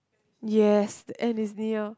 yes and it's near